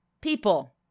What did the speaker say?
people